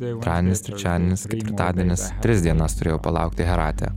antradienis trečiadienis ketvirtadienis tris dienas turėjau palaukti herate